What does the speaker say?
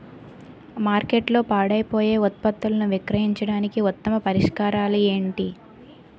మార్కెట్లో పాడైపోయే ఉత్పత్తులను విక్రయించడానికి ఉత్తమ పరిష్కారాలు ఏంటి?